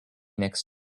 next